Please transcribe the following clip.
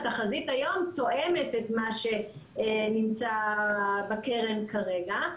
התחזית היום תואמת את מה שנמצא בקרן כרגע,